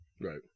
Right